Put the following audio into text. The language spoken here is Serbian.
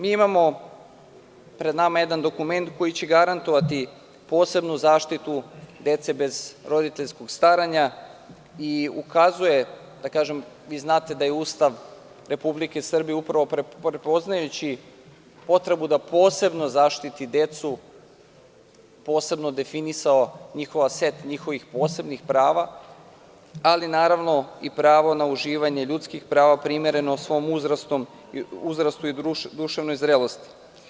Mi imamo pred nama jedan dokument koji će garantovati posebnu zaštitu dece bez roditeljskog staranja i ukazuje, a vi znate da je Ustav Republike Srbije, upravo prepoznajući potrebu da posebno zaštiti decu, posebno definisao set njihovih posebnih prava, ali i pravo na uživanje ljudskih prava, primereno svom uzrastu i duševnoj zrelosti.